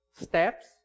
steps